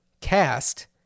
cast